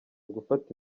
gufata